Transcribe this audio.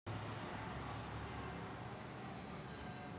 हवामान खात्याच्या मायतीसाठी कोनचं ॲप वापराव?